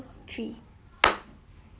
three